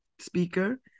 speaker